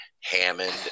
Hammond